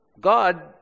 God